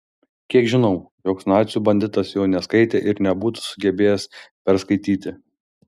kiek žinau joks nacių banditas jo neskaitė ir nebūtų sugebėjęs perskaityti